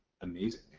amazing